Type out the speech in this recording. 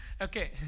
Okay